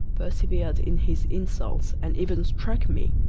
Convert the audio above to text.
persevered in his insults, and even struck me.